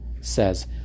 says